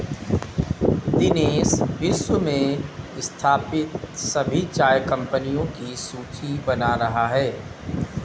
दिनेश विश्व में स्थापित सभी चाय कंपनियों की सूची बना रहा है